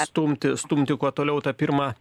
stumti stumti kuo toliau tą pirmą